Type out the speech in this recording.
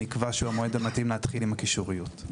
שנקבע כמתאים להתחיל עם הקישוריות,